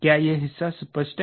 क्या यह हिस्सा स्पष्ट है